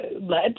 led